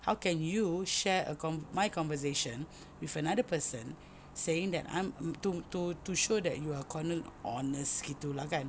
how can you share a conv~ my conversation with another person saying that I'm to to to show that you are konon honest gitu lah kan